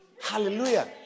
Hallelujah